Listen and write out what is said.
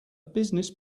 business